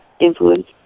influence